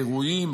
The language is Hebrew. אירועים,